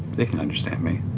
they can understand me.